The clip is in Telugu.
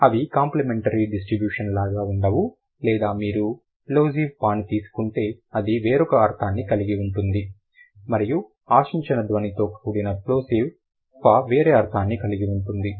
అవి కాంప్లిమెంటరీ డిస్ట్రిబ్యూషన్ లాగా ఉండవు లేదా మీరు ప్లోసివ్ pa ని తీసుకుంటే అది వేరొక అర్థాన్ని కలిగి ఉంటుంది మరియు ఆశించిన ధ్వనితో కూడిన ప్లోసివ్ ఫా వేరే అర్థాన్ని కలిగి ఉంటుంది